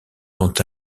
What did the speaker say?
quant